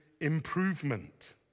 improvement